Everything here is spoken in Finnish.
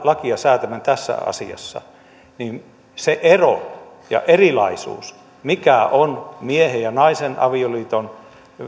lakia säädämme tässä asiassa niin se ero ja erilaisuus mikä on miehen ja naisen avioliiton